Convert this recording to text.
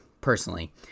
personally